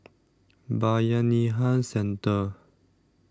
Bayanihan Centre